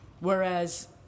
Whereas